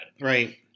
Right